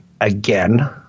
Again